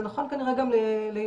זה נכון כנראה גם ליהודים,